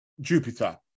Jupiter